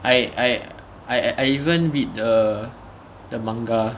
I I I I even read the the manga